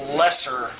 lesser